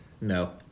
No